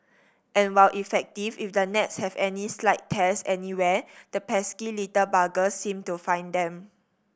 and while effective if the nets have any slight tears anywhere the pesky little buggers seem to find them